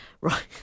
Right